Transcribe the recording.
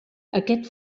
aquest